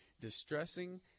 distressing